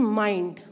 mind